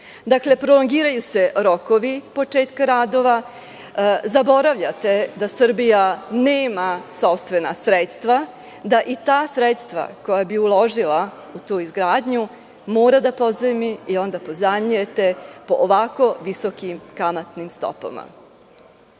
Dakle, prolongiraju se rokovi početka radova, zaboravljate da Srbija nema sopstvena sredstva, da i ta sredstva koja bi uložila u tu izgradnju mora da pozajmi i onda pozajmljujete po ovako visokim kamatnim